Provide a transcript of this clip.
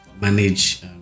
manage